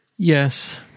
Yes